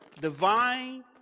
Divine